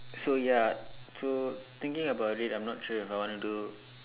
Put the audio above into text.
so ya so thinking about it I'm not sure if I want to do